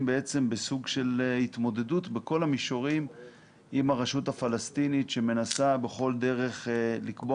בסוג של התמודדות בכל המישורים עם הרשות הפלסטינית שמנסה בכל דרך לקבוע